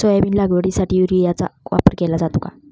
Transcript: Soybean लागवडीसाठी युरियाचा वापर केला जातो का?